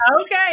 Okay